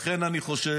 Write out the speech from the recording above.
לכן אני חושב